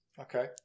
okay